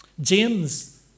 James